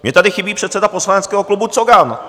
Mně tady chybí předseda poslaneckého klubu Cogan.